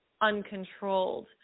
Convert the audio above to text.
uncontrolled